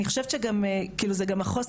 אני חושבת שזה גם מחוז קטן.